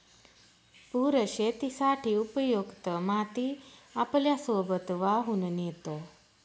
पूर शेतीसाठी उपयुक्त माती आपल्यासोबत वाहून नेतो